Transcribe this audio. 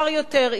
עם שכר,